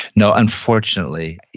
no, unfortunately.